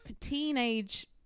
teenage